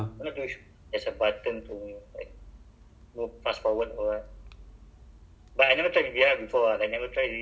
the but I think the hardest part I think is the interface ah the mapping kan the timing and the lagging this one is a big issue ah kan